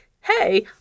hey